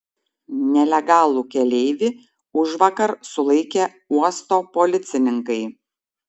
nelegalų keleivį užvakar sulaikė uosto policininkai